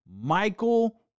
Michael